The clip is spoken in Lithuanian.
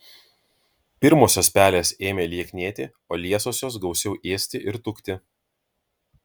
pirmosios pelės ėmė lieknėti o liesosios gausiau ėsti ir tukti